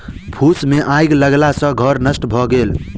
फूस मे आइग लगला सॅ घर नष्ट भ गेल